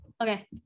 Okay